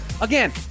Again